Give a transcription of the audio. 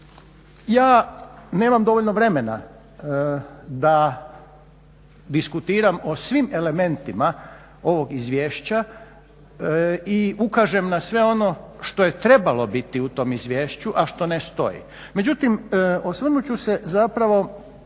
Ja nemam dovoljno vremena da diskutiram o svim elementima ovog izvješća i ukažem na sve ono što je trebalo biti u tom izvješću a što ne stoji. Međutim, osvrnut ću se zapravo